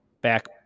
back